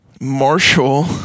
Marshall